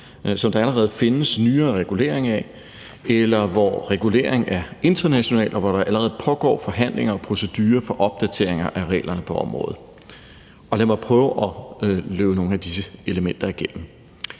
som der allerede findes nyere regulering af, eller hvor reguleringen er international, og hvor der allerede pågår forhandlinger og procedurer for opdatering af reglerne på området. Og lad mig prøve at løbe nogle af disse elementer igennem.